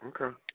Okay